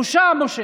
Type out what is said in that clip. בושה, משה.